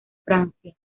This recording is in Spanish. francia